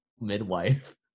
midwife